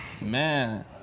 Man